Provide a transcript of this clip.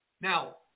Now